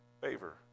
favor